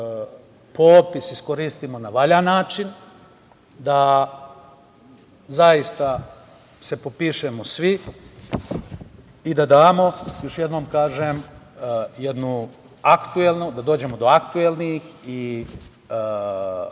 popis iskoristimo na valjan način, da zaista se popišemo svi i da damo, još jednom kažem, da dođemo do aktuelnih